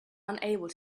unable